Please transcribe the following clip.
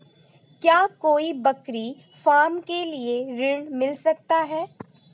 क्या कोई बकरी फार्म के लिए ऋण मिल सकता है?